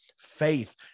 faith